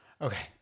Okay